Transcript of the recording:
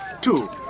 Two